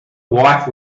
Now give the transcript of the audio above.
wife